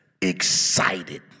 excited